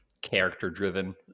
character-driven